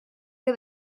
que